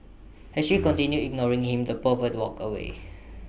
as she continued ignoring him the pervert walked away